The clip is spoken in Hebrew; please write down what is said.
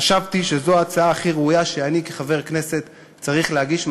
חשבתי שזו ההצעה הכי ראויה שאני כחבר הכנסת צריך להגיש,